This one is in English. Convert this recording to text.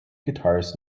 guitarist